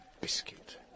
biscuit